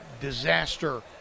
disaster